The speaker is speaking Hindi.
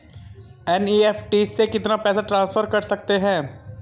एन.ई.एफ.टी से कितना पैसा ट्रांसफर कर सकते हैं?